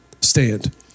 stand